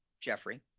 Jeffrey